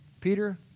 Peter